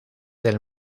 del